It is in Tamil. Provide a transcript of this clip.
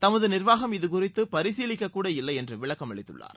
தமது நிர்வாகம் இது குறித்து பரிசீலிக்கக்கூட இல்லை என்று விளக்கம் அளித்துள்ளார்